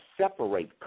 separate